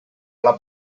alla